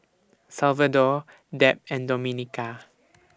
Salvador Deb and Domenica